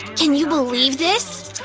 can you believe this?